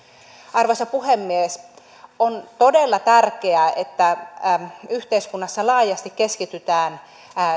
arvoisa puhemies on todella tärkeää että yhteiskunnassa laajasti keskitytään